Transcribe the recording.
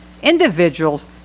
Individuals